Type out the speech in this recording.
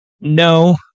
No